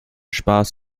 spaß